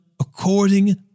according